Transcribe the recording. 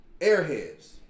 Airheads